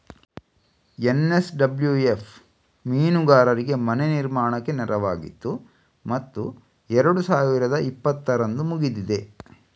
NSWF ಮೀನುಗಾರರಿಗೆ ಮನೆ ನಿರ್ಮಾಣಕ್ಕೆ ನೆರವಾಗಿತ್ತು ಮತ್ತು ಎರಡು ಸಾವಿರದ ಇಪ್ಪತ್ತರಂದು ಮುಗಿದಿದೆ